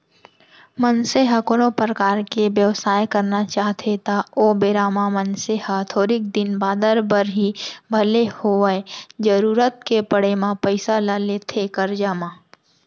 मनसे ह कोनो परकार के बेवसाय करना चाहथे त ओ बेरा म मनसे ह थोरिक दिन बादर बर ही भले होवय जरुरत के पड़े म पइसा ल लेथे करजा म